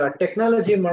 technology